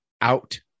out